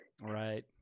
Right